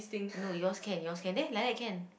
no yours can yours can there like that can